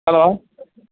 hello